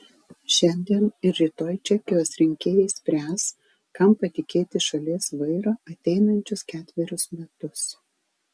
šiandien ir rytoj čekijos rinkėjai spręs kam patikėti šalies vairą ateinančius ketverius metus